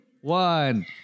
one